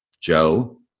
Joe